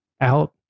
out